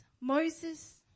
Moses